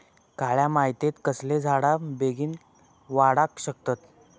काळ्या मातयेत कसले झाडा बेगीन वाडाक शकतत?